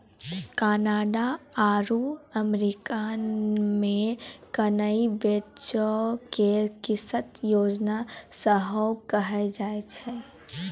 Canada आरु America मे किनै बेचै के किस्त योजना सेहो कहै छै